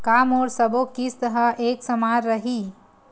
का मोर सबो किस्त ह एक समान रहि?